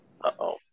Uh-oh